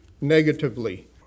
negatively